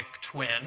twin